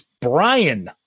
brian